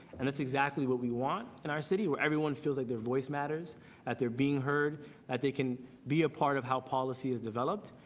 and that's exactly what we want in the city where everyone feels like the voice matters that they are being heard that they can be a part of how policy is developed.